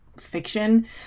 Fiction